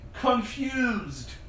confused